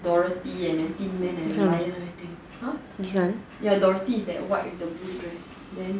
dorothy and then tin man and then everything this one nah ya dorothy is that white blue dress then